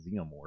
xenomorph